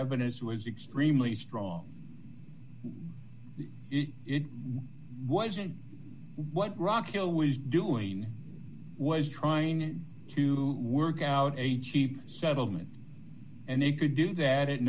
evidence was extremely strong it wasn't what rocco was doing was trying to work out a cheap settlement and he could do that at